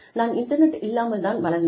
நான் இன்டர்நெட் இல்லாமல் தான் வளர்ந்தேன்